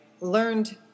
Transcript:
learned